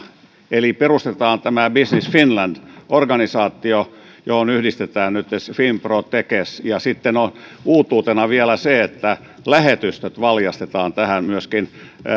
eli perustetaan business finland organisaatio johon yhdistetään nyt finpro ja tekes ja sitten on uutuutena vielä se että myöskin lähetystöt valjastetaan tähän